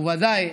וודאי,